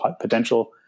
potential